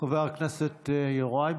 חבר הכנסת יוראי.